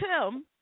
Tim